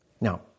Now